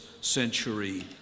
century